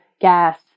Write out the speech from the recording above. gas